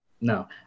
no